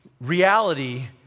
reality